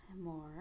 more